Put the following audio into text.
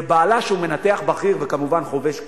ובעלה, שהוא מנתח בכיר, וכמובן חובש כיפה,